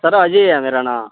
sir Ajay ऐ मेरा नांऽ